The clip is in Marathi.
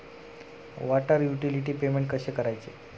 वॉटर युटिलिटी पेमेंट कसे करायचे?